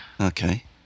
Okay